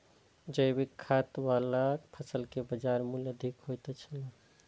जैविक खेती वाला फसल के बाजार मूल्य अधिक होयत छला